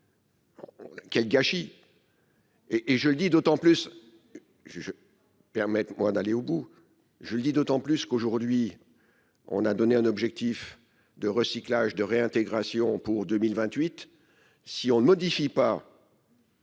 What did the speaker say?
Quel gâchis !